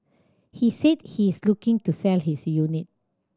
he said he is looking to sell his unit